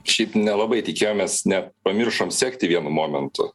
šiaip nelabai tikėjomės net pamiršom sekti vienu momentu